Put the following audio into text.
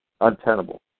untenable